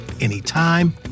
anytime